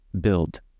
build